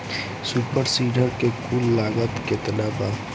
Super seeder के कुल लागत केतना बा?